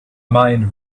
mind